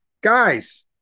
Guys